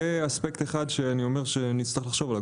זה אספקט אחד שאני אומר שנצטרך לחשוב עליו,